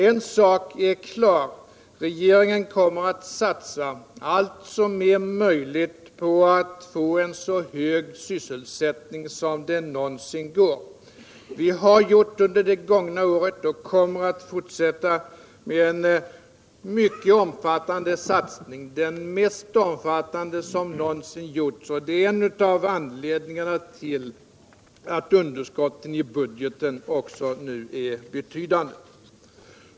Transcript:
En sak är klar: regeringen kommer att satsa allt som är möjligt på att få en så hög sysselsättningsgrad som det någonsin går. Vi har gjort det under det gångna året och kommer att fortsätta med en mycket omfattande satsning, den mest omfattande som någonsin gjorts här i landet. Det är en av anledningarna till att underskottet i budgeten också nu är betydande.